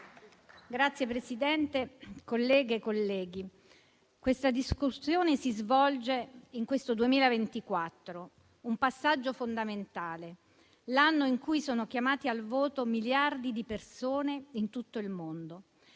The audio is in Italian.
Signor Presidente, colleghe e colleghi, questa discussione si svolge nel 2024, un passaggio fondamentale: l'anno in cui sono chiamati al voto miliardi di persone in tutto il mondo.